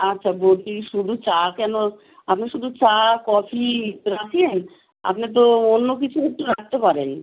আচ্ছা বলছি শুধু চা কেন আপনি শুধু চা কফি রাখেন আপনি তো অন্য কিছুও একটু রাখতে পারেন